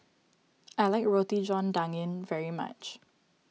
I like Roti John Daging very much